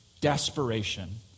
desperation